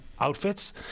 Outfits